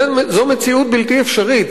זו מציאות בלתי אפשרית.